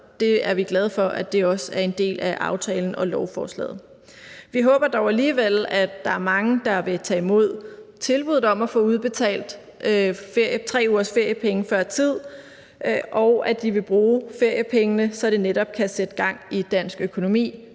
det er vi glade for også er en del af aftalen og lovforslaget. Vi håber dog alligevel, at der er mange, der vil tage imod tilbuddet om at få udbetalt 3 ugers feriepenge før tid, og at de vil bruge feriepengene, så det netop kan sætte gang i dansk økonomi.